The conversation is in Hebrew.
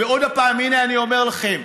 ועוד פעם, הינה, אני אומר לכם,